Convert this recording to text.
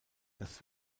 das